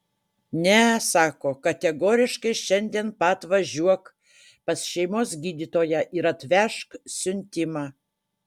ne sako kategoriškai šiandien pat važiuok pas šeimos gydytoją ir atvežk siuntimą